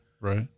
right